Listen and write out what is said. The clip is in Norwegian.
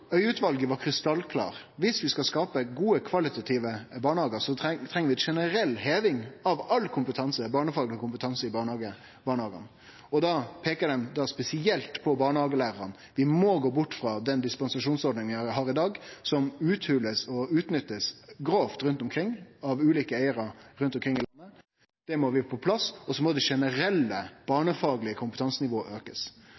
var krystallklart: Viss vi skal skape kvalitativt gode barnehagar, treng vi ei generell heving av all barnefagleg kompetanse i barnehagane. Dei peikar spesielt på barnehagelærarane. Vi må gå bort frå den dispensasjonsordninga som vi har i dag, som blir uthola og utnytta grovt av ulike eigarar rundt omkring i landet. Det må vi få på plass, og det generelle barnefaglege kompetansenivået må